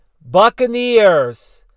Buccaneers